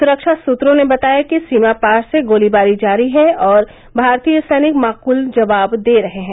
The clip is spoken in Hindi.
सुरक्षा सूत्रों ने बताया कि सीमापार से गोलीबारी जारी है और भारतीय सैनिक माकूल जवाब दे रहे हैं